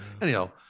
anyhow